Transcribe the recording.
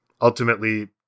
ultimately